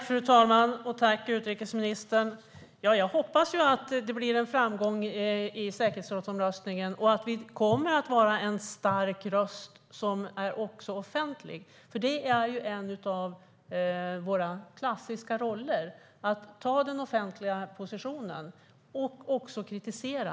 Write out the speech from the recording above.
Fru talman! Tack, utrikesministern! Jag hoppas att det blir en framgång i säkerhetsrådsomröstningen och att Sverige kommer att vara en stark röst som också är offentlig. Det är en av våra klassiska roller: att ta den offentliga positionen och även att kritisera.